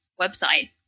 website